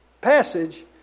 passage